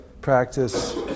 practice